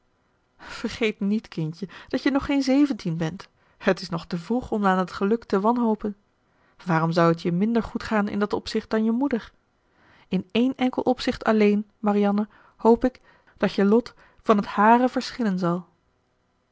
vergeet niet kindje dat je nog geen zeventien bent t is nog te vroeg om aan dat geluk te wanhopen waarom zou het je minder goed gaan in dat opzicht dan je moeder in één enkel opzicht alleen marianne hoop ik dat je lot van het hare verschillen zal